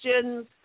questions